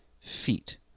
feet